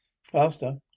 faster